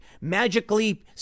magically